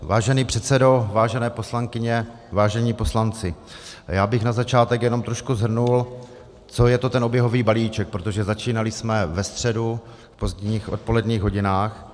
Vážený pane předsedo, vážené poslankyně, vážení poslanci, já bych na začátek jenom trošku shrnul, co je to ten oběhový balíček, protože jsme začínali ve středu v pozdních odpoledních hodinách.